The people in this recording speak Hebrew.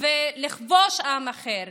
ולכבוש עם אחר